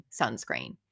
sunscreen